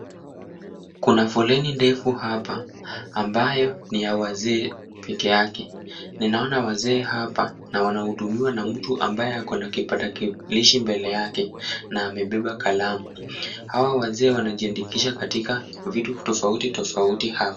Kuna foleni ndefu hapa ambayo ni ya wazee peke yake. Ninaona wazee hapa na wanahudumiwa na mtu ambaye akona kitapakilishi mbele yake na amebeba kalamu. Hao wazee wanajiandikisha katika vitu tofautitofauti hapa.